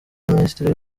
minisiteri